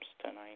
tonight